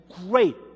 great